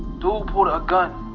dude pulled a gun,